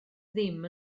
ddim